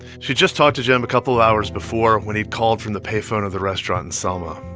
she'd just talked to jim a couple hours before, when he'd called from the pay phone of the restaurant in selma.